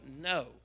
No